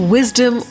Wisdom